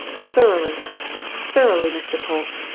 thoroughly thoroughly, mr. polke!